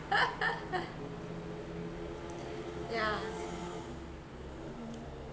yeah